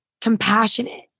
compassionate